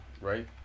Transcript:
Right